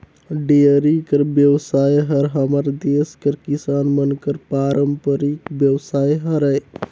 dairy कर बेवसाय हर हमर देस कर किसान मन कर पारंपरिक बेवसाय हरय